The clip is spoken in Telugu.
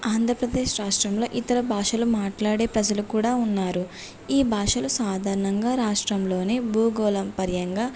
ఆంధ్రప్రదేశ్ రాష్ట్రంలో ఇతర భాషలు మాట్లాడే ప్రజలు కూడా ఉన్నారు ఈ భాషలు సాధారణంగా రాష్ట్రంలోనే భూగోళం పర్యంగా